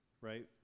right